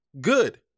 good